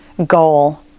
goal